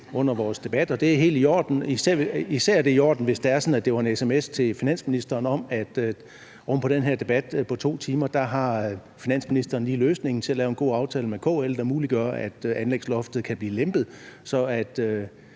under vores debat, og det er helt i orden. Især er det i orden, hvis det er sådan, at det var en sms til finansministeren om, at oven på den her debat på 2 timer har finansministeren lige løsningen til at lave en god aftale med KL, der muliggør, at anlægsloftet kan blive lempet, sådan